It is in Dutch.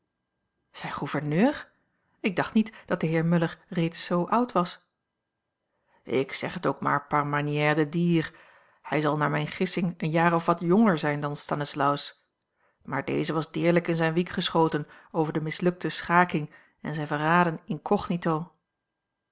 zijn gouverneur ik dacht niet dat de heer muller reeds zoo oud was ik zeg het ook maar par manière de dire hij zal naar mijne gissing een jaar of wat jonger zijn dan stanislaus maar deze was deerlijk in zijn wiek geschoten over de mislukte schaking en zijn verraden incognito